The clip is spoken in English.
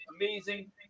amazing